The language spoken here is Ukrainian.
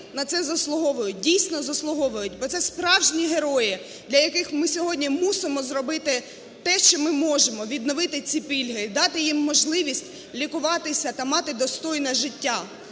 на це заслуговують, дійсно заслуговують, бо це справжні герої, для яких ми сьогодні мусимо зробити те, що ми можемо, відновити ці пільги і дати їм можливість лікуватися та мати достойне життя.